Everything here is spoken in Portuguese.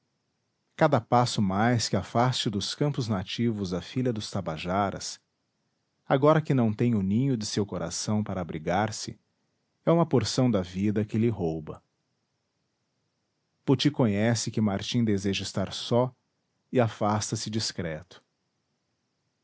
cada passo mais que afaste dos campos nativos a filha dos tabajaras agora que não tem o ninho de seu coração para abrigar-se é uma porção da vida que lhe rouba poti conhece que martim deseja estar só e afasta-se discreto